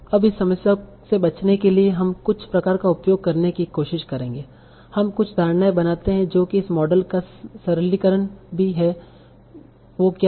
अब इस समस्या से बचने के लिए हम कुछ प्रकार का उपयोग करने की कोशिश करेंगे हम कुछ धारणाएं बनाते हैं जो कि इस मॉडल का सरलीकरण भी है कि वो क्या है